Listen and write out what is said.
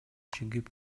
чыгып